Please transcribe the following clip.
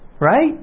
right